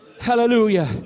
Hallelujah